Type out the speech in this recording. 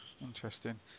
interesting